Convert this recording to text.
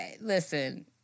listen